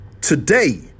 today